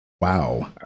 Wow